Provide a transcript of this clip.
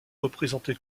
représenté